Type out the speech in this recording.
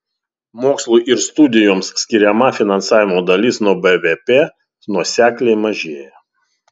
mokslui ir studijoms skiriama finansavimo dalis nuo bvp nuosekliai mažėja